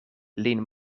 lin